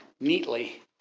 neatly